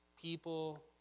People